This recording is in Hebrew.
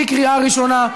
בקריאה ראשונה.